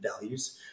values